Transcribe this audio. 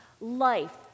life